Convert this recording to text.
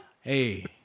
Hey